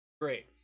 Great